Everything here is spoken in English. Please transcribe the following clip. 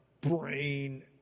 brain